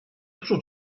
dużo